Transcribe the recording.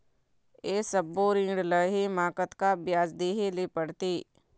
ये सब्बो ऋण लहे मा कतका ब्याज देहें ले पड़ते?